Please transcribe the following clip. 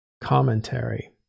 commentary